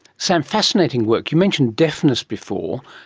sam, fascinating work. you mentioned deafness before.